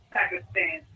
Pakistan